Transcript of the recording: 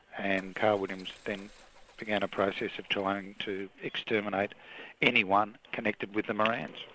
and carl williams then began a process of trying to exterminate anyone connected with the morans.